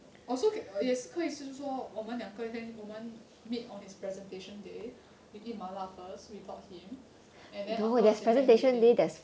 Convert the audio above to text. also 也是可以就是说我们两个我们 meet on his presentation day we eat mala first without him and then afterwards we hang with him